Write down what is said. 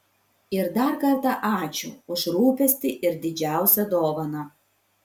ir dar kartą ačiū už rūpestį ir didžiausią dovaną